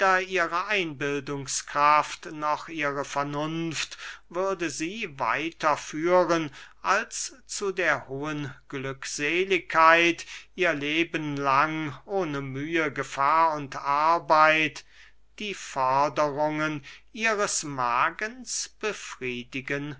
ihre einbildungskraft noch ihre vernunft würde sie weiter führen als zu der hohen glückseligkeit ihr leben lang ohne mühe gefahr und arbeit die forderungen ihres magens befriedigen